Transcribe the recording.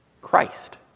Christ